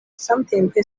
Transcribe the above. samtempe